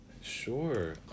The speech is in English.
Sure